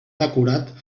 decorat